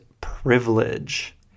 privilege